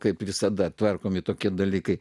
kaip visada tvarkomi tokie dalykai